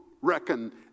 reckon